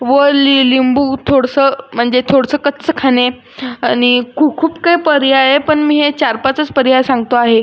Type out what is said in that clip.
व लि लिंबू थोडंसं म्हणजे थोडंसं कच्चं खाणे अणि खूप खूप काय पर्याय आहेत पण मी हे चार पाचच पर्याय सांगतो आहे